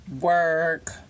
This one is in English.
work